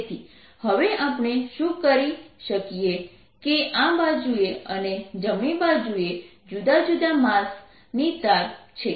તેથી હવે આપણે શું કહી શકીએ કે આ બાજુએ અને જમણી બાજુએ જુદા જુદા માસ ની તાર છે